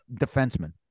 defenseman